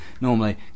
normally